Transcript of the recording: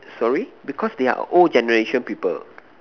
sorry because they are old generation people